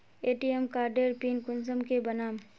ATM कार्डेर pin कुंसम के बनाम?